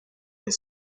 his